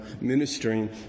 ministering